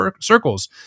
circles